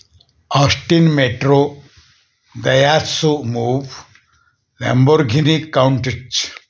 Osteen Metro दयासो मूफ Lamborghini Countach